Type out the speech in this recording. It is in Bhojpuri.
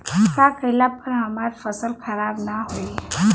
का कइला पर हमार फसल खराब ना होयी?